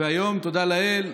והיום, תודה לאל,